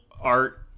art